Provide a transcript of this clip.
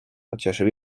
pocieszył